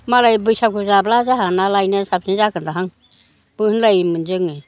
मालाय बैसागु जाब्ला जोंहा ना लायनायानो साबसिन जागोनदाहांबो होनलायोमोन जोङो